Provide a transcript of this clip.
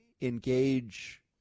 engage